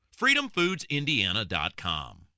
FreedomFoodsIndiana.com